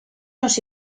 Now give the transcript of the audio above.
nos